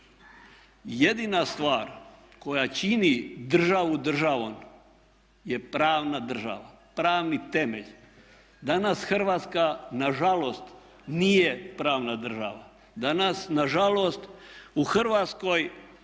jedina stvar koja čini državu državom je pravna država, pravni temelj. Danas Hrvatska na žalost nije pravna država. Danas na žalost u Hrvatskoj